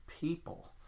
people